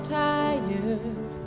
tired